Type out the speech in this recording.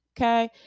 okay